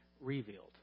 revealed